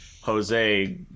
Jose